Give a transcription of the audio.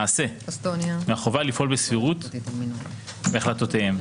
מהחובה לפעול בסבירות תושבי המדינה בהחלטותיהם.